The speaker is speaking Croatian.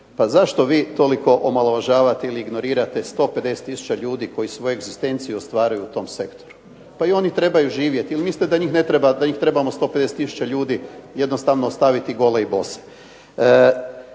pa zašto vi toliko omalovažavate ili ignorirate 150 tisuća ljudi koji svoju egzistenciju ostvaruju u tom sektoru? Pa i oni trebaju živjeti ili mislite da njih ne treba, da ih trebamo 150 tisuća ljudi jednostavno staviti gole i bose.